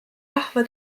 rahva